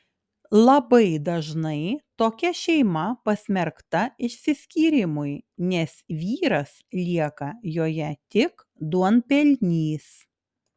labai dažnai tokia šeima pasmerkta išsiskyrimui nes vyras lieka joje tik duonpelnys